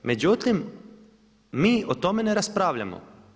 Međutim, mi o tome ne raspravljamo.